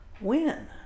win